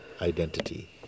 identity